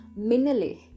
Minale